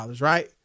right